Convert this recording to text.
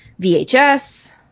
VHS